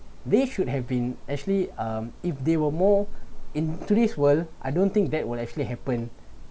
they should have been actually um if they were more in today's world I don't think that will actually happen